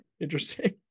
Interesting